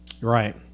Right